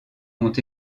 ont